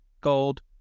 gold